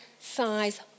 size